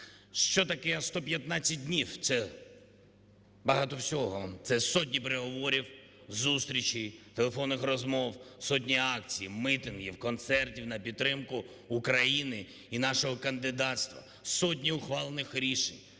Що таке 115 днів? Це багато всього: це сотні переговорів, зустрічей, телефонних розмов, сотні акцій, мітингів, концертів на підтримку України і нашого кандидатства, сотні ухвалених рішень.